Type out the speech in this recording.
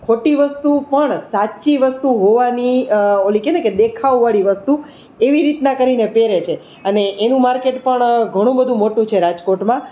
ખોટી વસ્તુ પણ સાચી વસ્તુ હોવાની પેલી કેને કે દેખાવવાળી વસ્તુ એવી રીતના કરીને પહેરે છે અને એનું માર્કેટ પણ ઘણું બધું મોટું છે રાજકોટમાં